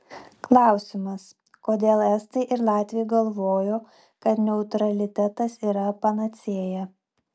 klausimas kodėl estai ir latviai galvojo kad neutralitetas yra panacėja